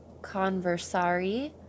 conversari